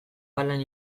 palan